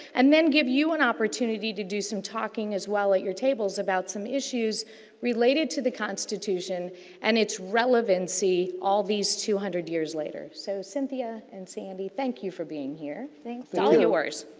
and then, give you an opportunity to do some talking as well at your tables about some issues related to the constitution and its relevancy all these two hundred years later. so, cynthia and sandy thank you for being here. it's all yours.